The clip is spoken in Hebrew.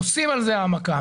במיוחד תחבורה ציבורית,